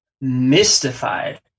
mystified